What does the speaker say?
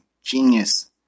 genius